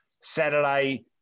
Saturday